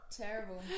terrible